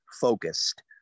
focused